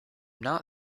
not